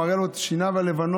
מראה לו את שיניו הלבנות,